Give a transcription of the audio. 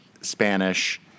Spanish